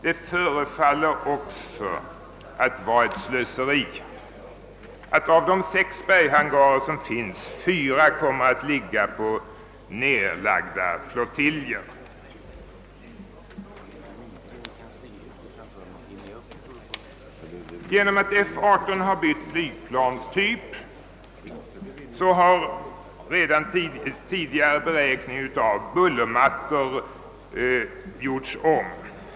Det förefaller också vara ett slöseri att av de sex berghangarer som finns kommer fyra att ligga på nedlagda flottiljer. Genom att F 18 har bytt flygplanstyp har tidigare gjord beräkning av bullermattor gjorts om.